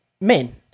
men